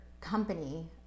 company